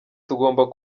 tugomba